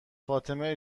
فاطمه